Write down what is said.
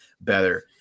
better